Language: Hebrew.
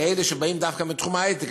לאלה שבאים דווקא מתחום ההיי-טק,